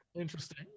Interesting